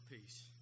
peace